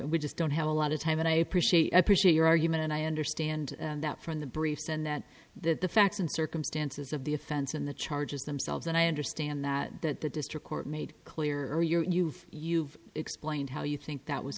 i just don't have a lot of time and i appreciate i appreciate your argument and i understand that from the briefs and that that the facts and circumstances of the offense and the charges themselves and i understand that that the district court made clear your you've you've explained how you think that was